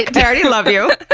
i already love you!